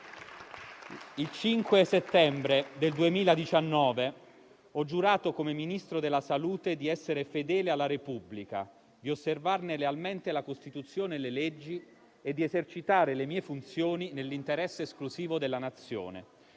Il 5 settembre 2019 ho giurato come Ministro della salute di essere fedele alla Repubblica, di osservarne lealmente la Costituzione e le leggi e di esercitare le mie funzioni nell'interesse esclusivo della Nazione.